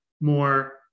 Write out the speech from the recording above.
more